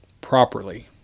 properly